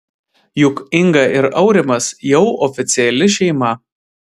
juk inga ir aurimas jau oficiali šeima